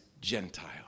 Gentile